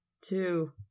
two